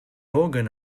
organ